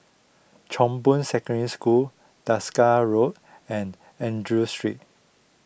Chong Boon Secondary School Desker Road and andrew Street